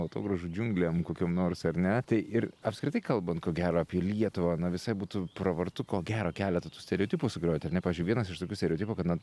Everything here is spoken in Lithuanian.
atogrąžų džiunglėm kokiom nors ar ne tai ir apskritai kalbant ko gero apie lietuvą na visai būtų pravartu ko gero keletą tų stereotipų sugriauti ar ne pavyzdžiui vienas iš tokių stereotipų kad na